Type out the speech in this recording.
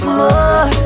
more